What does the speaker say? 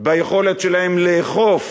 ביכולת שלהן לאכוף